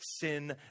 Sin